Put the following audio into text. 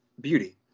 beauty